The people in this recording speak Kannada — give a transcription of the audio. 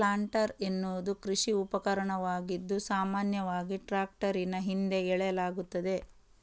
ಪ್ಲಾಂಟರ್ ಎನ್ನುವುದು ಕೃಷಿ ಉಪಕರಣವಾಗಿದ್ದು, ಸಾಮಾನ್ಯವಾಗಿ ಟ್ರಾಕ್ಟರಿನ ಹಿಂದೆ ಎಳೆಯಲಾಗುತ್ತದೆ